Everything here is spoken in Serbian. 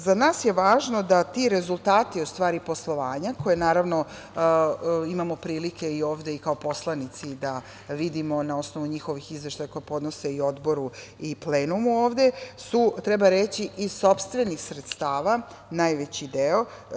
Za nas je važno da ti rezultati poslovanja, koje imamo prilike i ovde kao poslanici da vidimo na osnovu njihovih izveštaja koje podnose i odboru i plenumu, su u stvari, treba reći, iz sopstvenih sredstava, najveći deo.